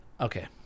okay